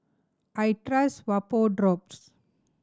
I trust Vapodrops